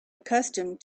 accustomed